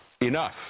Enough